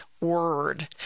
word